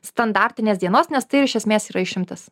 standartinės dienos nes tai iš esmės yra išimtis